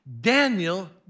Daniel